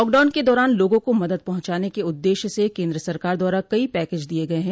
lockdown के दौरान लोगों को मदद पहुंचाने के उद्देश्य से केंद्र सरकार द्वारा कई पैकेज दिए गये है